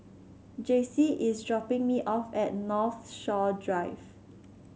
Jaycee is dropping me off at Northshore Drive